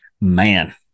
Man